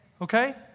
Okay